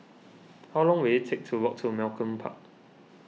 how long will it take to walk to Malcolm Park